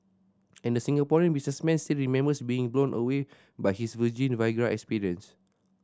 and the Singaporean businessman still remembers being blown away by his virgin Viagra experience